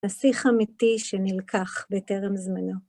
נסיך אמיתי שנלקח בטרם זמנו.